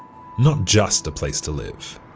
not just a place to live